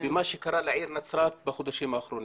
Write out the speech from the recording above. מה שקרה לעיר נצרת בחודשים האחרונים.